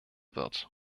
wird